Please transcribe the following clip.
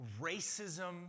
racism